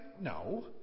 No